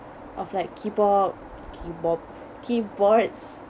of like keyboard keyboards